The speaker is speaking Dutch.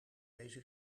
deze